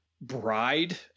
Bride